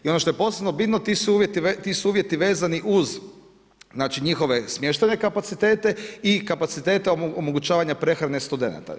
I ono što je posebno bitno, ti su uvjeti vezani uz njihove smještajne kapacitete i kapacitete omogućavanja prehrane studenata.